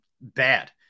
bad